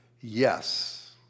yes